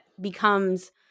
becomes